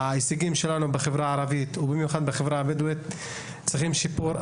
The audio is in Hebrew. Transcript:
ההישגים הלימודיים בחברה הערבית בכלל ובחברה הבדואית בפרט דורשים שיפור.